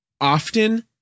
Often